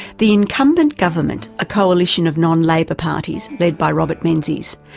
the incumbent government, a coalition of non-labor parties, led by robert menzies,